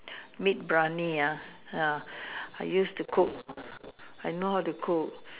meat Biryani ah ya I used to cook I know how to cook